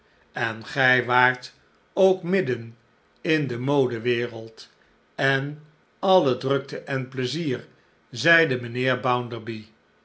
en gij waart ook midden in de modewereld en alle drukte en pleizier zeide mijnheer